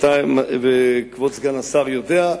כבוד סגן השר יודע,